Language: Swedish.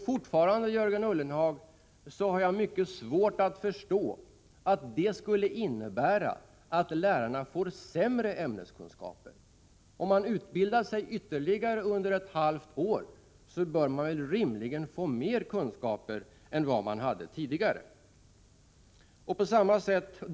Fortfarande har jag, Jörgen Ullenhag, mycket svårt att förstå att detta skulle innebära att lärarna får sämre ämneskunskaper. Om en lärare utbildar sig ytterligare under ett halvt år bör han rimligen få mer kunskaper än han hade tidigare.